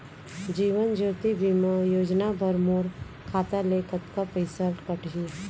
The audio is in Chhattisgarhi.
जीवन ज्योति बीमा योजना बर मोर खाता ले कतका पइसा कटही?